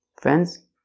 Friends